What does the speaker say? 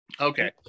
Okay